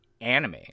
anime